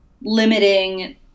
limiting